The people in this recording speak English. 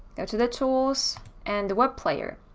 go to the tools and the web player,